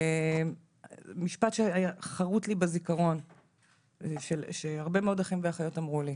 אבל משפט שחרות לי בזיכרון שהרבה מאוד אחים ואחיות אמרו לי: